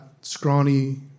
scrawny